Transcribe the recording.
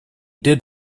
did